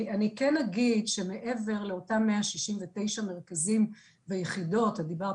אני כן אגיד שמעבר לאותם 169 מרכזים ויחידות את דיברת